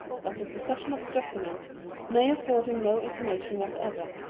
that the possession of the document may afford him no information whatever.